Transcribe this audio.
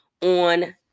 on